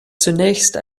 zunächst